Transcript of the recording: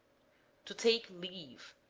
to take leave,